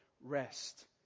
rest